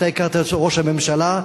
אתה הכרת את ראש הממשלה,